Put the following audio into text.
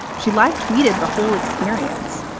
she live tweeted the whole experience,